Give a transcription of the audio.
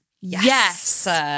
Yes